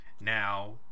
Now